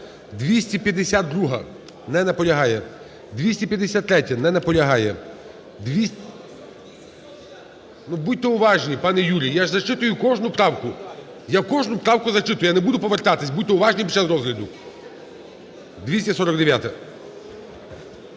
252-а. Не наполягає. 253-я. Не наполягає. Ну, будьте уважні, пане Юрій, я ж зачитую кожну правку. Я кожну правку зачитую, я не буду повертатись, будьте уважні під час розгляду.